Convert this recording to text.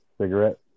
cigarette